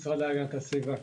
והמשרד להגנת הסביבה.